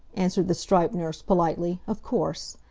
answered the striped nurse, politely, of course.